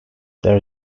there